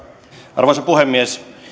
arvoisa puhemies